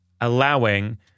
allowing